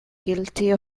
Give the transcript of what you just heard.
guilty